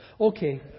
Okay